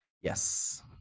Yes